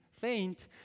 faint